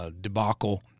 debacle